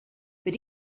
but